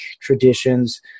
traditions